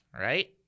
right